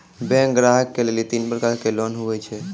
Bank ग्राहक के लेली तीन प्रकर के लोन हुए छै?